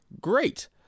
great